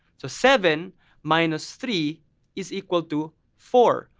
so seven minus three is equal to four.